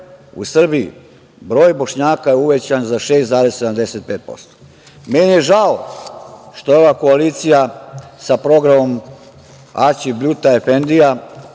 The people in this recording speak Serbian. u Srbiji broj Bošnjaka je uvećan za 6,75%.Meni je žao što je ova koalicija sa programom „Aćif Bljuta efendija